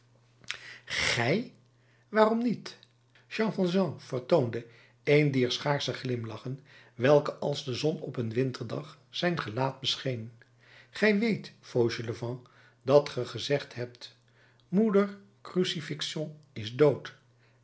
gij waarom niet jean valjean vertoonde een dier schaarsche glimlachen welke als de zon op een winterdag zijn gelaat bescheen gij weet fauchelevent dat ge gezegd hebt moeder crucifixion is dood